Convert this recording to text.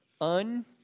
Un